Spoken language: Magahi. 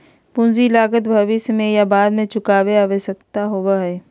पूंजी की लागत भविष्य में या बाद में चुकावे के आवश्यकता होबय हइ